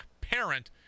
parent